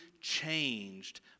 changed